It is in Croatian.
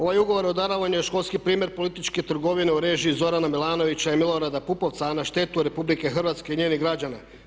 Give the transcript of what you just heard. Ovaj ugovor o darovanju je školski primjer političke trgovine u režiji Zorana Milanovića i Milorada Pupovca a na štetu RH i njenih građana.